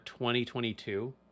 2022